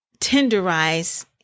tenderize